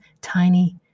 tiny